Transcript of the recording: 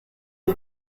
les